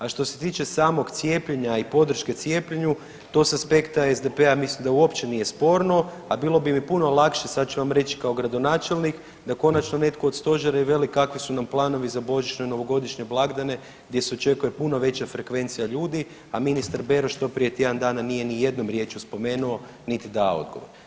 A što se tiče samog cijepljenja i podrške cijepljenju to s aspekta SDP-a mislim da uopće nije sporno, a bilo bi mi puno lakše sad ću vam reći kao gradonačelnik da konačno netko od stožera i veli kakvi su nam planovi za božićne i novogodišnje blagdane gdje se očekuje puno veća frekvencija ljudi, a ministar Beroš to prije tjedan dana nije ni jednom riječju spomenuo niti dao odgovor.